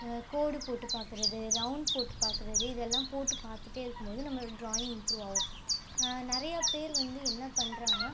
கோடு போட்டு பார்க்குறது ரௌண்ட் போட்டு பார்க்குறது இதெல்லாம் போட்டு பார்த்துட்டே இருக்கும் போது நம்மளோடயா ட்ராயிங் இம்ப்ரூவாவும் நிறையா பேர் வந்து என்ன பண்ணுறாங்கனா